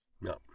No